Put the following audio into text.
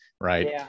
right